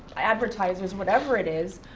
ah advertisers, whatever it is,